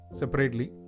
separately